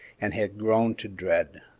and had grown to dread.